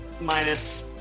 minus